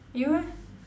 you eh